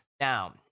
Now